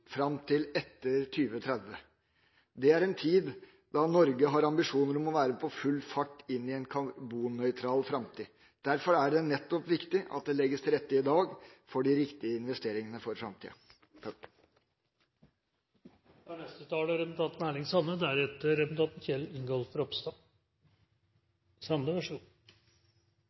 fram til etter 2030. Det er en tid da Norge har ambisjoner om å være på full fart inn i en karbonnøytral framtid. Nettopp derfor er det viktig at det legges til rette i dag for de riktige investeringene for framtida. Berre kort frå Senterpartiet si side: Vi gjev sjølvsagt vår tilslutning til desse to utbyggingane. Dei er godt beskrivne av saksordførarane, så